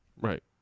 Right